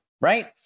Right